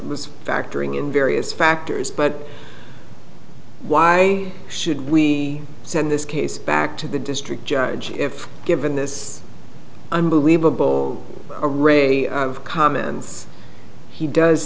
was factoring in various factors but why should we send this case back to the district judge if given this a move a ray of comments he does